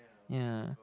ya